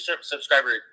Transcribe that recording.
subscriber